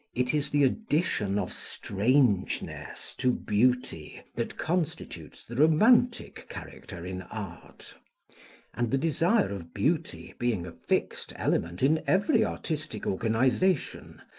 it is the addition of strangeness to beauty, that constitutes the romantic character in art and the desire of beauty being a fixed element in every artistic organisation,